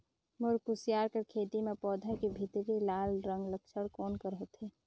मोर कुसियार कर खेती म पौधा के भीतरी लाल रंग कर लक्षण कौन कर होथे?